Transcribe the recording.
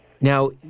Now